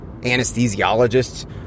anesthesiologists